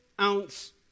ounce